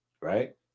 Right